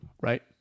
right